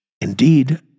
Indeed